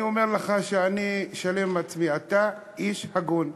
אני אומר לך שאני שלם עם עצמי, אתה איש הגון,